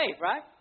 right